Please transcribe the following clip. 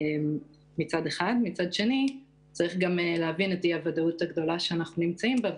מצד שני צריך להבין את אי-הוודאות הגדולה שאנחנו נמצאים בה,